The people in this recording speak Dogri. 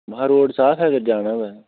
महा रोड़ साफ ऐ अगर जाना होऐ